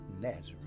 Nazareth